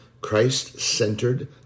Christ-centered